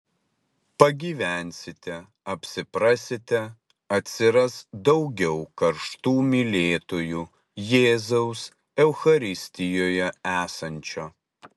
pagyvensite apsiprasite atsiras daugiau karštų mylėtojų jėzaus eucharistijoje esančio